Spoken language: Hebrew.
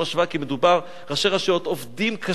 ראשי רשויות עובדים קשה,